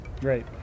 Great